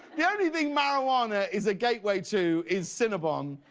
the only thing marijuana is a gateway to is cinnabon.